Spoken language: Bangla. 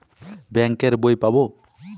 বাংক এর বই পাবো?